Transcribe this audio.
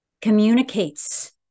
communicates